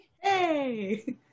Hey